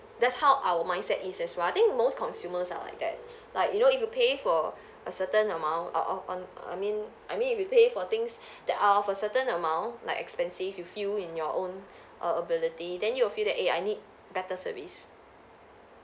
that's how our mindset is as well I think most consumers are like that like you know if you pay for a certain amount or or or I mean I mean if you pay for things that are of a certain amount like expensive you feel in your own err ability then you will feel that eh I need better service